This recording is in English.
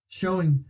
showing